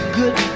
good